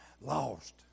lost